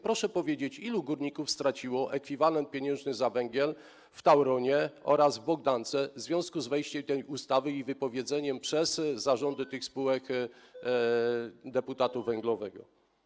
Proszę powiedzieć: Ilu górników straciło ekwiwalent pieniężny za węgiel w Tauronie oraz w Bogdance w związku z wejściem tej ustawy w życie i wypowiedzeniem przez zarządy tych spółek deputatu węglowego?